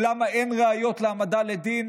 או למה אין ראיות להעמדה לדין